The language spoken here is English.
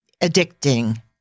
addicting